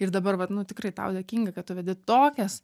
ir dabar vat nu tikrai tau dėkinga kad tu vedi tokias